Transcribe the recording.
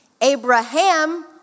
Abraham